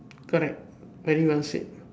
correct very well said